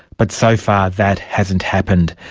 but so far that hasn't happened.